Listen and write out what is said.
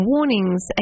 Warnings